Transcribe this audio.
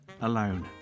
alone